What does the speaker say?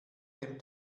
dem